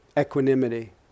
equanimity